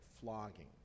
Flogging